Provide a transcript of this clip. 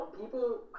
people